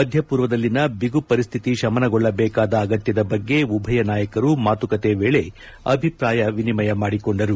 ಮಧ್ಯಪೂರ್ವದಲ್ಲಿನ ಬಿಗು ಪರಿಸ್ವಿತಿ ತಮನಗೊಳ್ಳಬೇಕಾದ ಅಗತ್ಯದ ಬಗ್ಗೆ ಉಭಯ ನಾಯಕರು ಮಾತುಕತೆ ವೇಳೆ ಅಭಿಪ್ರಾಯ ವಿನಿಮಯ ಮಾಡಿಕೊಂಡರು